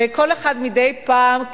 וכל אחד מדי פעם,